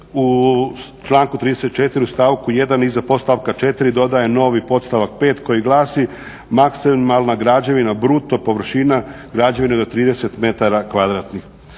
u članku 34. u stavku 1. iza podstavka 4. dodaje novi podstavak 5. koji glasi: "Maksimalna građevina bruto površina građevine do 30 metara kvadratnih.